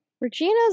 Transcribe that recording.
Regina's